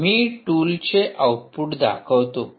मी टूलचे आऊटपुट दाखवतो